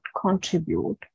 contribute